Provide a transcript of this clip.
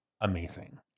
amazing